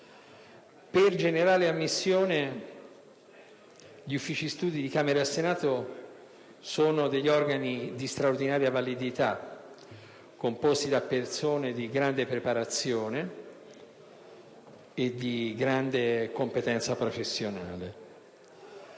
Per generale ammissione, i Servizi studi di Camera e Senato sono degli organi di straordinaria validità, composti da persone di grande preparazione e di grande competenza professionale.